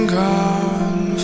gone